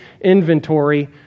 inventory